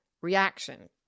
reaction